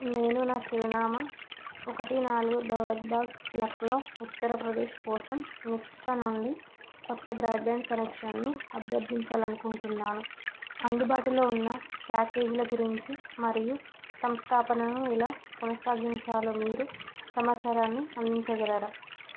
నేను నా చిరునామా ఒకటి నాలుగు దౌలత్ బాగ్ లక్నో ఉత్తరప్రదేశ్ కోసం నెక్స్ట్రా నుండి కొత్త బ్రాడ్బ్యాండ్ కనెక్షన్ను అభ్యర్థించాలి అనుకుంటున్నాను అందుబాటులో ఉన్న ప్యాకేజీల గురించి మరియు సంస్థాపనను ఎలా కొనసాగించాలో మీరు సమాచారాన్ని అందించగలరా